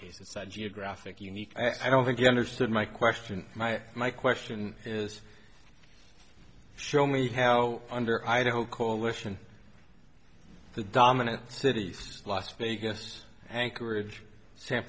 case is that geographic unique i don't think you understood my question my my question is show me how under idaho coalition the dominant cities las vegas anchorage san